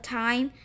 time